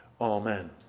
Amen